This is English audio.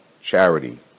charity